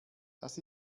das